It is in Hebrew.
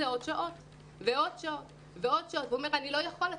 זה עוד שעות ועוד שעות והוא אומר שהוא לא יכול כי